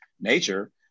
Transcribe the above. nature